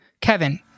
Kevin